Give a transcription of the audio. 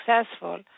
successful